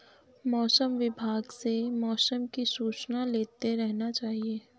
मौसम विभाग से मौसम की सूचना लेते रहना चाहिये?